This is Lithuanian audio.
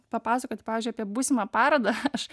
papasakot pavyzdžiui apie būsimą parodą aš